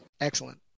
Excellent